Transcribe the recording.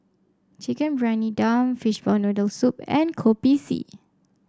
Chicken Briyani Dum Fishball Noodle Soup and Kopi C